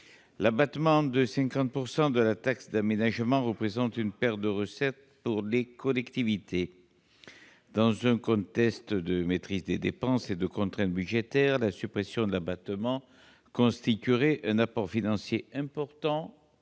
l'abattement de 50 % de la taxe d'aménagement représente une perte de recettes pour les collectivités. Dans un contexte de maîtrise des dépenses et de contraintes budgétaires, la suppression de l'abattement constituerait un apport financier important